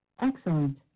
Excellent